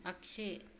आगसि